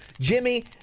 Jimmy